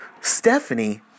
Stephanie